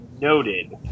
noted